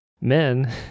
men